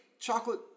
chocolate